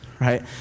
right